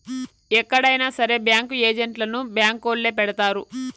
ఎక్కడైనా సరే బ్యాంకు ఏజెంట్లను బ్యాంకొల్లే పెడతారు